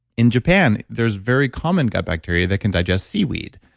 in japan, there's very common gut bacteria that can digest seaweed,